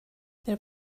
there